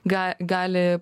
ga gali